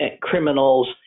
criminals